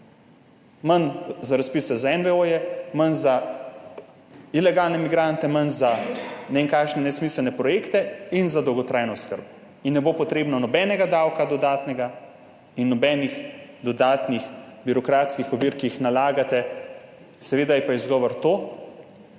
Manj za razpise za NVO-je, manj za ilegalne migrante, manj za ne vem kakšne nesmiselne projekte in za dolgotrajno oskrbo. In ne bo potrebno nobenega davka dodatnega in nobenih dodatnih birokratskih ovir, ki jih nalagate. Seveda je pa izgovor to,